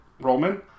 Roman